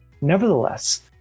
Nevertheless